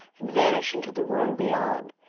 and vanish into the room beyond.